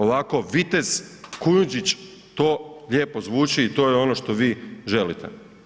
Ovako vitez Kujundžić to lijepo zvuči i to je ono što vi želite.